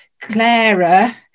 Clara